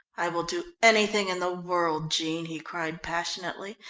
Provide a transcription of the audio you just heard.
i will do anything in the world, jean, he cried passionately,